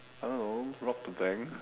I don't know rob the bank